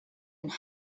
and